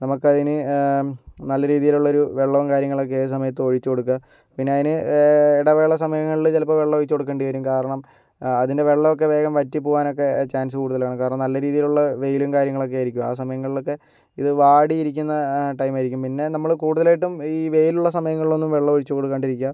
നമുക്കതിന് നല്ല രീതിയിലുള്ളൊരു വെള്ളവും കാര്യങ്ങളൊക്കെ ഏത് സമയത്തും ഒഴിച്ച് കൊടുക്കുക പിന്നതിന് ഇടവേള സമയങ്ങളില് ചിലപ്പോൾ വെള്ളൊഴിച്ചു കൊടുക്കേണ്ടി വരും കാരണം അതിൻ്റെ വെള്ളമൊക്കെ വേഗം വറ്റി പോകാനൊക്കെ ചാൻസ് കൂടുതലാണ് കാരണം നല്ല രീതിയിലുള്ള വെയിലും കാര്യങ്ങളൊക്കെ ആയിരിക്കും ആ സമയങ്ങളിലൊക്കെ ഇത് വാടി ഇരിക്കുന്ന ടൈം ആരിക്കും പിന്നെ നമ്മള് കൂടുതലായിട്ടും ഈ വെയിലുള്ള സമയങ്ങളിലൊന്നും വെള്ളമൊഴിച്ചു കൊടുക്കാണ്ടിരിക്കുക